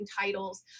titles